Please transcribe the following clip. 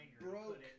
broke